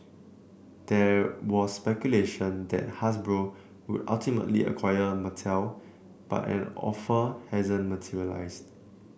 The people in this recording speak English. there was speculation that Hasbro would ultimately acquire Mattel but an offer hasn't materialised